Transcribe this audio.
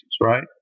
right